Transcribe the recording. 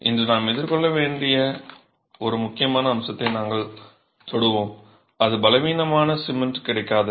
இன்று நாம் எதிர்கொள்ள வேண்டிய ஒரு முக்கியமான அம்சத்தை நாங்கள் தொடுவோம் அது பலவீனமான சிமென்ட் கிடைக்காதது